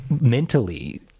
Mentally